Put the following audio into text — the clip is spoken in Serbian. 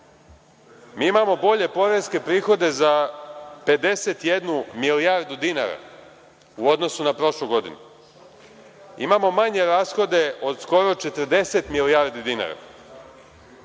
mi imamo bolje poreske prihode za 51 milijardu dinara u odnosu na prošlu godinu, imamo manje rashode od skoro 40 milijardi dinara.